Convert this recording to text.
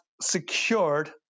secured